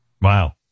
Wow